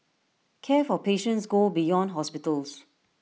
care for patients go beyond hospitals